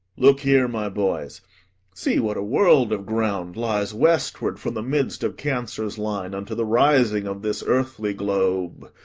look here, my boys see, what a world of ground lies westward from the midst of cancer's line unto the rising of this earthly globe,